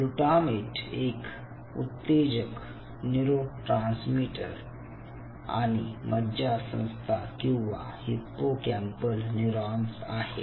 glutamate एक उत्तेजक neurotransmitter आणि मज्जासंस्था किंवा हिप्पोकॅम्पल न्यूरॉन्स आहे